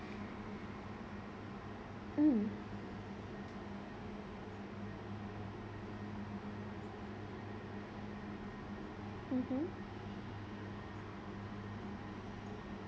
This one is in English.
mm mmhmm